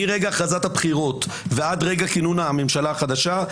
מרגע הכרזת הבחירות ועד רגע כינון הממשלה החדשה,